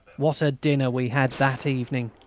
what a dinner we had that evening!